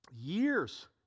years